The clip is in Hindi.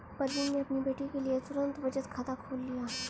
प्रवीण ने अपनी बेटी के लिए तुरंत बचत खाता खोल लिया